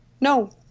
No